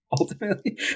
ultimately